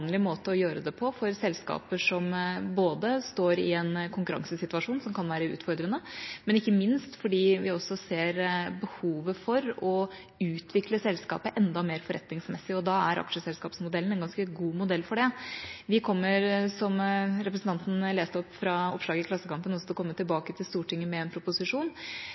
måte å gjøre det på for selskaper som står i en konkurransesituasjon som kan være utfordrende, men ikke minst fordi vi også ser behovet for å utvikle selskapet enda mer forretningsmessig, og da er aksjeselskapsmodellen en ganske god modell for det. Vi kommer, som representanten refererte fra oppslaget i Klassekampen, til å komme tilbake til Stortinget med en proposisjon.